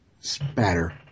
spatter